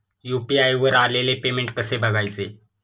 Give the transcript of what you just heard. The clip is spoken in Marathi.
यु.पी.आय वर आलेले पेमेंट कसे बघायचे?